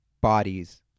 bodies